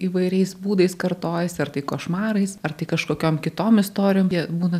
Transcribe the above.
įvairiais būdais kartojasi ar tai košmarais ar tai kažkokiom kitom istorijom jie būna